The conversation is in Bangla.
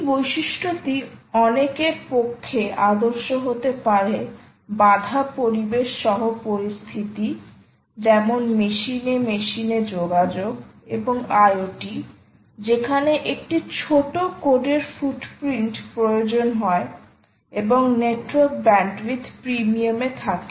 এই বৈশিষ্ট্যটি অনেকের পক্ষে আদর্শ হতে পারে বাধা পরিবেশ সহ পরিস্থিতি যেমন মেশিনে মেশিনে যোগাযোগ এবং IoT যেখানে একটি ছোট কোডের ফুটপ্রিন্ট প্রয়োজন হয় এবং নেটওয়ার্ক ব্যান্ডউইথ প্রিমিয়াম এ থাকে